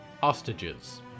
Hostages